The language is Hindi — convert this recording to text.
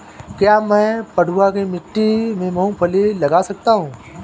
क्या मैं पडुआ की मिट्टी में मूँगफली लगा सकता हूँ?